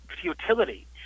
futility